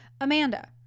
Amanda